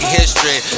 history